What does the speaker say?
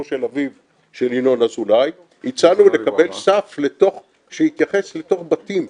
של אביו של ינון אזולאי הצענו לקבל סף שיתייחס לתוך בתים,